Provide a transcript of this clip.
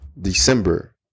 December